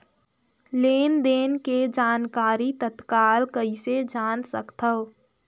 लेन देन के जानकारी तत्काल कइसे जान सकथव?